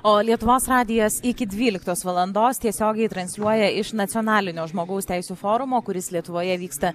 o lietuvos radijas iki dvyliktos valandos tiesiogiai transliuoja iš nacionalinio žmogaus teisių forumo kuris lietuvoje vyksta